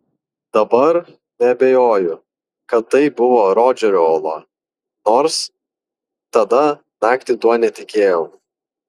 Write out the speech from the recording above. dabar neabejoju kad tai buvo rodžerio uola nors tada naktį tuo netikėjau